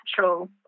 natural